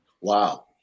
Wow